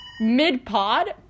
Mid-pod